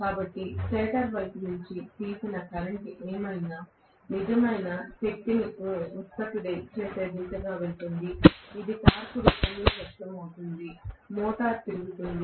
కాబట్టి స్టేటర్ వైపు నుండి తీసిన కరెంట్ ఏమైనా నిజమైన శక్తిని ఉత్పత్తి చేసే దిశగా వెళుతుంది ఇది టార్క్ రూపంలో వ్యక్తమవుతుంది మోటారు తిరుగుతుంది